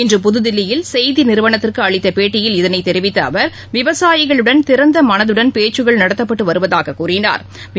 இன்று புதுதில்லியில் செய்திநிறுவனத்துக்குஅளித்தபேட்டியில் இதனைதெரிவித்தஅவர் விவசாயிகளுடன் திறந்தமனதுடன் பேச்சுக்கள் நடத்தப்பட்டுவருவதாகக் கூறினாா்